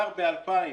כבר ב-2015,